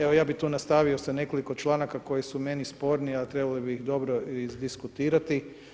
Evo, ja bih tu nastavio sa nekoliko članaka koji su meni sporni a trebalo bi ih dobro izdiskutirati.